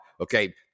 okay